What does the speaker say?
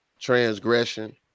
transgression